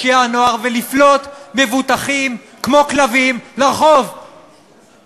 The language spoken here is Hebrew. ינואר ולפלוט מבוטחים כמו כלבים לרחוב,